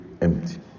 empty